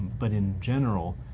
but in general,